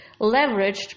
leveraged